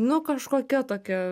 nu kažkokia tokia